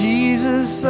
Jesus